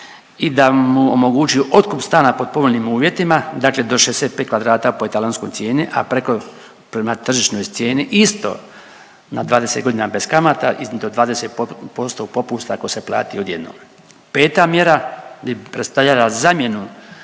i da mu omogući otkup stana pod povoljnim uvjetima, dakle do 65 kvadrata po etalonskoj cijeni, a preko prema tržišnoj cijeni isto na 20 godina bez kamata do 20% popusta ako se plati odjednom. Peta mjere bi predstavljala zamjenu